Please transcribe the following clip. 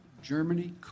Germany